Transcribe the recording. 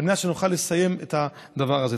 לסיים את הדבר הזה.